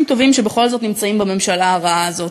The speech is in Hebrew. טובים שבכל זאת נמצאים בממשלה הרעה הזאת,